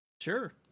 Sure